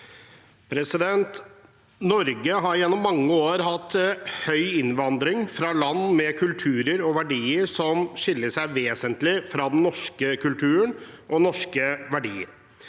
Norge har gjen- nom mange år hatt høy innvandring fra land med kulturer og verdier som skiller seg vesentlig fra den norske kulturen og norske verdier.